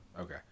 Okay